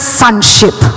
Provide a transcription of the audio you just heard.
sonship